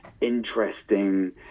interesting